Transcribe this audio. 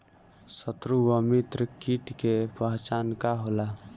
सत्रु व मित्र कीट के पहचान का होला?